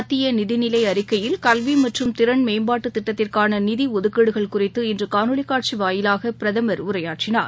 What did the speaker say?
மத்திய நிதி நிலை அறிக்கையில் கல்வி மற்றும் திறன் மேம்பாட்டு திட்டத்திற்கான நிதி ஒதுக்கீடுகள் குறித்து இன்று காணொலி காட்சி வாயிலாக பிரதமர் உரையாற்றினார்